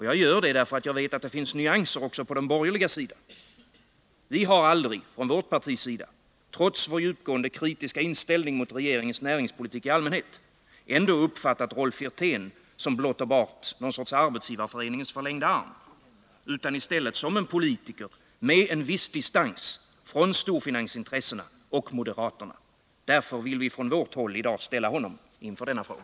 Jag gör det därför att jag vet att det finns nyanser också på den borgerliga sidan. Vi har — trots vår djupgående kritiska inställning mot regeringens näringspolitik — ändå aldrig från vårt partis sida uppfattat Rolf Wirtén som blott en 7n Arbetsgivareföreningens förlängda arm utan i stället som en politiker med viss distans från storfinansintressena och moderaterna. Därför vill vi från vårt håll i dag ställa honom inför denna fråga.